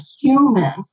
human